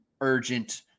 urgent